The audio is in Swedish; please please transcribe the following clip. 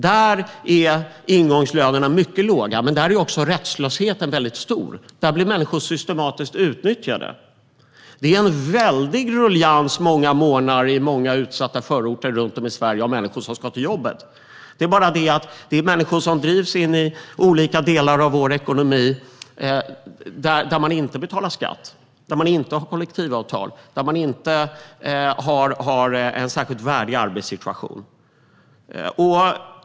Där är ingångslönerna mycket låga, men där är också rättslösheten väldigt stor. Där blir människor systematiskt utnyttjade. Det är en väldig ruljangs många morgnar i många utsatta förorter runt om i Sverige med människor som ska till jobbet. Det är bara det att det är människor som drivs in i olika delar av vår ekonomi där man inte betalar skatt, där man inte har kollektivavtal och där man inte har en särskilt värdig arbetssituation.